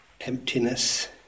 emptiness